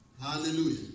Hallelujah